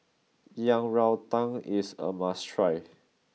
Yang Rou Tang is a must try